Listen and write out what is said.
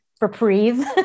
reprieve